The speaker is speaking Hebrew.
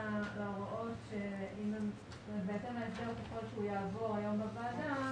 בהתאם להסדר ככל שהוא יעבור היום בוועדה,